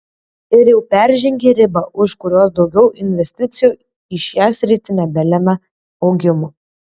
ir jau peržengė ribą už kurios daugiau investicijų į šią sritį nebelemia augimo